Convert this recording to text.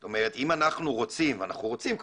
זאת אומרת, אם אנחנו רוצים, ואנחנו רוצים כמובן,